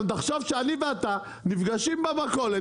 תחשוב שאני ואתה נפגשים במכולת